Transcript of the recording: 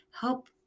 help